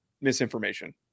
misinformation